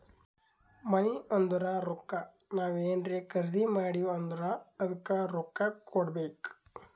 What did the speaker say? ಮನಿ ಅಂದುರ್ ರೊಕ್ಕಾ ನಾವ್ ಏನ್ರೇ ಖರ್ದಿ ಮಾಡಿವ್ ಅಂದುರ್ ಅದ್ದುಕ ರೊಕ್ಕಾ ಕೊಡ್ಬೇಕ್